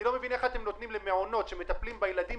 אני לא מבין איך אתם נותנים למעונות שמטפלים בילדים